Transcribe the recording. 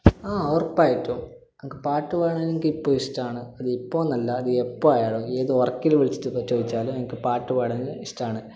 ആ ഉറപ്പായിട്ടും എനിക്ക് പാട്ട് പാടാനെനിക്ക് ഇപ്പോഴും ഇഷ്ടമാണ് അത് ഇപ്പോഴെന്നല്ല അത് എപ്പോഴും ആയാലും ഏത് വർക്കിൽ വിളിച്ചിട്ട് ഇപ്പോൾ ചോദിച്ചാലും പാട്ടു പാടാന് ഇഷ്ടമാണ്